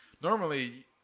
Normally